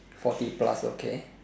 forty plus okay